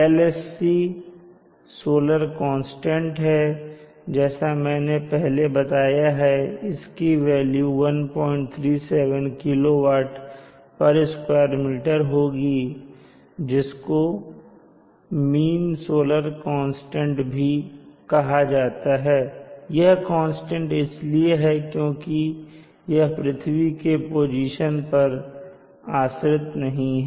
LSC solar constant है जैसा मैंने पहले बताया है इसकी value 137 kilowatt square metre होगी जिसको मीन सोलर कांस्टेंट भी कहा जाता है यह कांस्टेंट इसलिए है क्योंकि यह पृथ्वी के पोजीशन पर आश्रित नहीं है